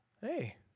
hey